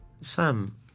Sam